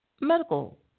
medical